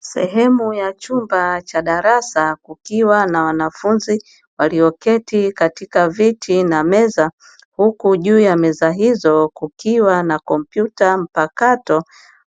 Sehemu ya chumba cha darasa kukiwa na wanafunzi walioketi katika viti na meza huku juu ya meza hizo kukiwa kompyuta mpakato,